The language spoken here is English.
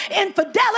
infidelity